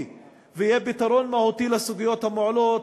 ויהיה פתרון מהותי לסוגיות המועלות,